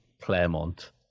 Claremont